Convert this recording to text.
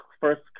first